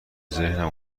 ذهنم